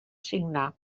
signar